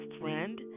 friend